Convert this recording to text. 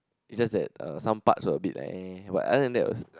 it's just that uh some parts were a bit like eh but other than that was like